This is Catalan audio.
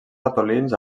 ratolins